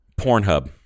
Pornhub